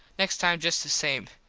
next time just the same.